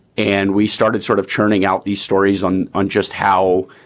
and we started sort of churning out these stories on on just how